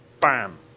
bam